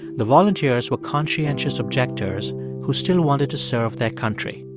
the volunteers were conscientious objectors who still wanted to serve their country.